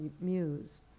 muse